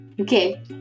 Okay